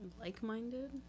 Like-minded